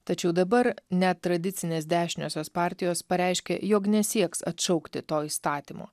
tačiau dabar net tradicinės dešiniosios partijos pareiškė jog nesieks atšaukti to įstatymo